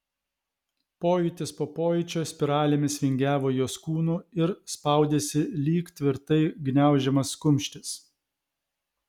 pojūtis po pojūčio spiralėmis vingiavo jos kūnu ir spaudėsi lyg tvirtai gniaužiamas kumštis